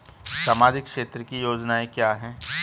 सामाजिक क्षेत्र की योजनाएं क्या हैं?